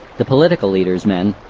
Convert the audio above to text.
the political leader's men,